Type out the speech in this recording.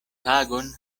tagon